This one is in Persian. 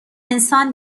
انسان